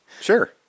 Sure